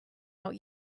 out